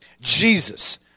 Jesus